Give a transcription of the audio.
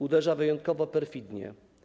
Uderza wyjątkowo perfidnie.